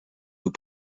aux